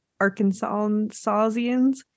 Arkansasians